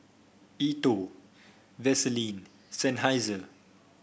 E TWOW Vaseline Seinheiser